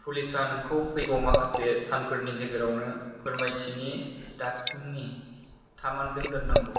पुलिसा नोंखौ फैगौ माखासे सानफोरनि गेजेरावनो फोरमायथिनि दासिमनि थामानजों दोननांगौ